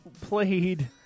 played